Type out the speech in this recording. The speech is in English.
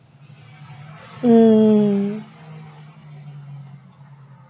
mm